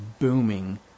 booming